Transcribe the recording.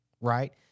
right